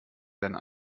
werden